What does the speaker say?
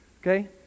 Okay